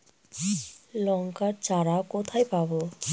লঙ্কার চারা কোথায় পাবো?